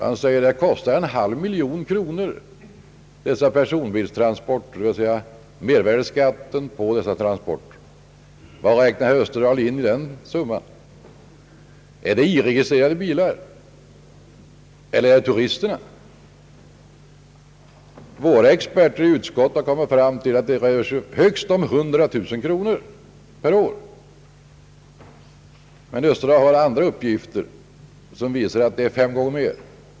Han säger att mervärdeskatten på dessa personbilstransporter skulle bli en halv miljon kronor. Vad räknar herr Österdahl in i den summan — är det I-registrerade bilar eller inkluderar den också turisternas bilar? Våra experter i utskottet har kommit fram till att det rör sig om högst 100 000 kronor per år, men herr Österdahl har andra uppgifter som innebär att beloppet skulle vara fem gånger större.